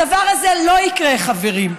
הדבר הזה לא יקרה, חברים.